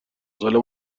ساله